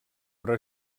però